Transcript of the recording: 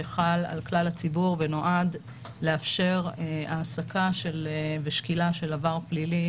שחל על כלל הציבור ונועד לאפשר העסקה ושקילה של עבר פלילי